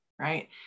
right